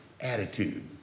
attitude